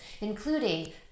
including